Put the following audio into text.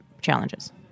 challenges